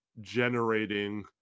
generating